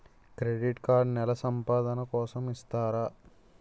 Credit card నెల సంపాదన కోసం ఇస్తారా?